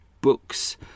books